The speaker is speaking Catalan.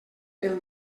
pel